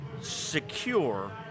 secure